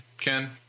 Ken